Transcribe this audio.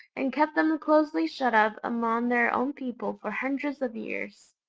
and kept them closely shut up among their own people for hundreds of years.